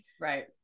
right